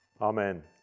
Amen